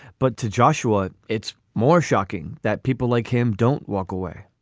but to joshua it's more shocking that people like him don't walk away